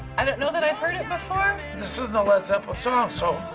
i don't know that i've heard it before. this isn't a led zeppelin song, so.